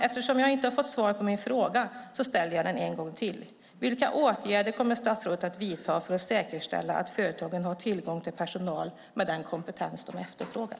Eftersom jag inte har fått svar på min fråga ställer jag den en gång till: Vilka åtgärder kommer statsrådet att vidta för att säkerställa att företagen har tillgång till personal med den kompetens som de efterfrågar?